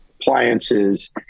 appliances